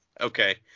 Okay